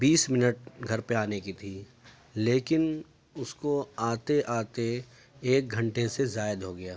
بیس minute گھر پہ آنے کے تھی لیکن اس کو آتے آتے ایک گھنٹے سے زائد ہو گیا